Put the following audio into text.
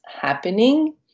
happening